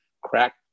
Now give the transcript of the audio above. crack